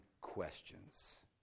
questions